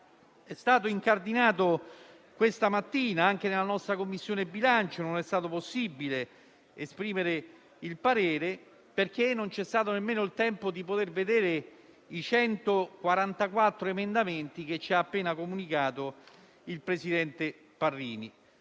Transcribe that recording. è stato incardinato questa mattina, nemmeno in Commissione bilancio è stato possibile esprimere il parere perché non c'è stato neanche il tempo di poter vedere i 144 emendamenti di cui ci ha appena parlato il presidente Parrini.